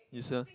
it's a